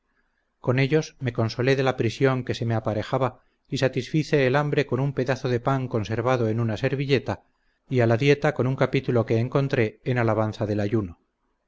con ellos me consolé de la prisión que se me aparejaba y satisfice el hambre con un pedazo de pan conservado en una servilleta y a la dicta con un capitulo que encontré en alabanza del ayuno